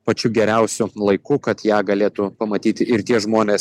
pačiu geriausiu laiku kad ją galėtų pamatyti ir tie žmonės